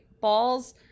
balls